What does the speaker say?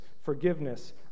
forgiveness